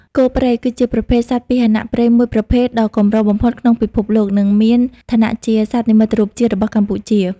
គោព្រៃ គឺជាប្រភេទសត្វពាហនៈព្រៃមួយប្រភេទដ៏កម្របំផុតក្នុងពិភពលោក និងមានឋានៈជា សត្វនិមិត្តរូបជាតិរបស់កម្ពុជា។